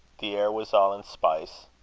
the air was all in spice,